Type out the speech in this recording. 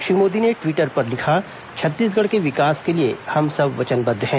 श्री मोदी ने ट्विटर पर लिखा छत्तीसंगढ़ के विकास के लिए हम सब वचनबद्ध हैं